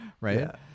right